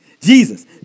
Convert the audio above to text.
Jesus